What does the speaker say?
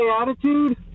attitude